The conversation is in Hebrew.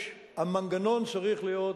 המנגנון צריך להיות